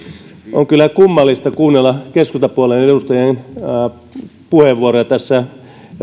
on kyllä kummallista kuunnella keskustapuolueen edustajien puheenvuoroja tässä